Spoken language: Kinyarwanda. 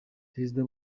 perezida